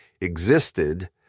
existed